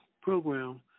program